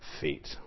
feet